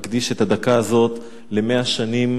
אקדיש את הדקה הזאת למלאות 100 שנים